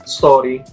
story